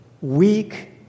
weak